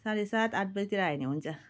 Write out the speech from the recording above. साँढे सात आठबजीतिर आयो भने हुन्छ